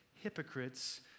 hypocrites